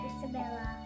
Isabella